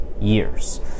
years